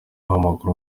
w’amaguru